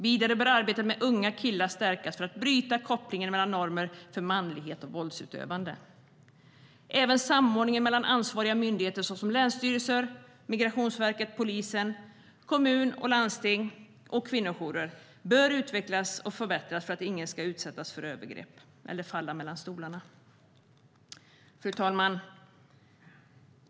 Vidare bör arbetet med unga killar stärkas för att bryta kopplingen mellan normer för manlighet och våldsutövande. Även samordningen mellan ansvariga myndigheter, såsom länsstyrelser, Migrationsverket, polisen, kommuner, landsting och kvinnojourer bör utvecklas och förbättras för att ingen ska utsättas för övergrepp eller falla mellan stolarna. Fru talman!